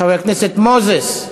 חבר הכנסת מוזס,